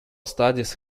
studies